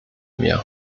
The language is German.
mir